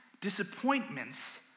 disappointments